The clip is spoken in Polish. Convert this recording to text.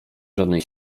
żadnej